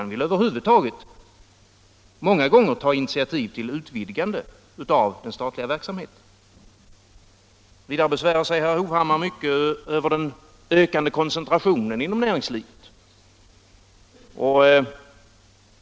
Han vill över huvud taget många gånger ta initiativ till utvidgande av den statliga verksamheten. Vidare besvärar sig herr Hovhammar mycket över den ökande koncentrationen inom näringslivet.